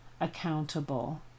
accountable